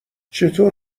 چطور